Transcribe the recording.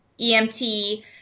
EMT